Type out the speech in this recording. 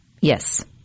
Yes